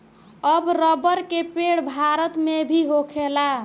अब रबर के पेड़ भारत मे भी होखेला